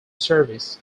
service